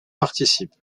participe